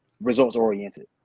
results-oriented